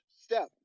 step